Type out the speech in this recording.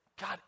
God